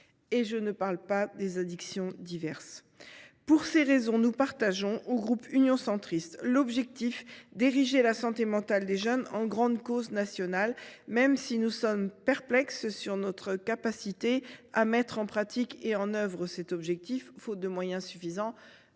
Et je ne parle pas des addictions diverses… Pour ces raisons, le groupe Union Centriste approuve l’objectif d’ériger la santé mentale des jeunes en grande cause nationale. Nous sommes toutefois perplexes sur notre capacité à mettre en pratique et en œuvre cet objectif, faute de moyens suffisants